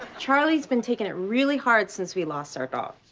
charlie's been taking it really hard since we lost our dog.